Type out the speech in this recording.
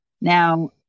Now